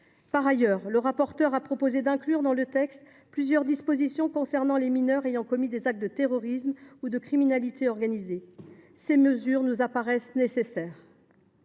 Par ailleurs, M. le rapporteur a proposé d’inclure dans le texte plusieurs dispositions concernant les mineurs ayant commis des actes de terrorisme ou de criminalité organisée. Ces mesures nous paraissent nécessaires.